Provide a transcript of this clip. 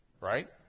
Right